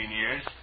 years